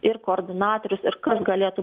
ir koordinatorius ir kas galėtų